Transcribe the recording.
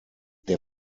der